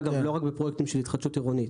אגב, לא רק בפרויקטים של התחדשות עירונית.